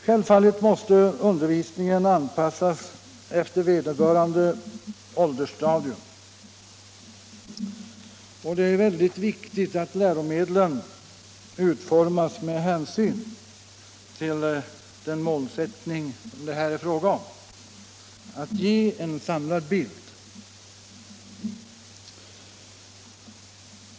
Självfallet måste undervisningen anpassas efter vederbörande åldersstadium. Det är väldigt viktigt att läromedlen utformas med hänsyn till den målsättning det här är fråga om, nämligen att ge en samlad bild.